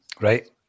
Right